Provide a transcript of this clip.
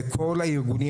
וכל הארגונים,